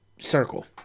circle